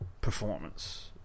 performance